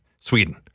Sweden